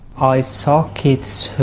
i saw kids